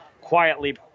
quietly